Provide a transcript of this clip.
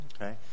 Okay